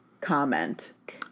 comment